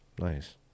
nice